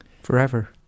forever